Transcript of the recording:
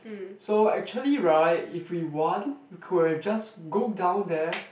so actually right if we want we could have just go down there